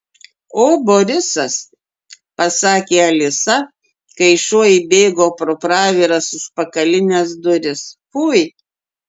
o borisas pasakė alisa kai šuo įbėgo pro praviras užpakalines duris fui